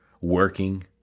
working